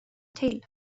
till